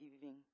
giving